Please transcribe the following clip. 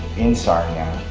in sanya,